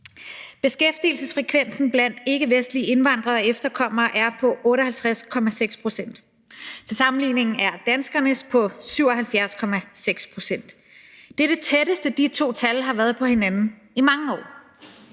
Beskæftigelsesfrekvensen blandt ikkevestlige indvandrere og efterkommere er på 58,6 pct. Til sammenligning er danskernes på 77,6 pct. Det er det tætteste, de to tal har været på hinanden i mange år.